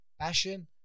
passion